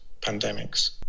pandemics